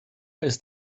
ist